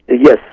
yes